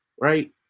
Right